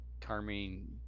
Carmine